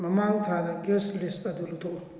ꯃꯃꯥꯡ ꯊꯥꯗ ꯒꯦꯁ ꯂꯤꯁ ꯑꯗꯨ ꯂꯧꯊꯣꯛꯎ